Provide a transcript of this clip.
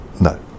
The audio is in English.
No